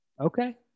Okay